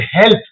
help